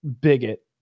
bigot